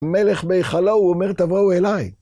המלך בהיכלו, הוא אומר, תבואו אליי.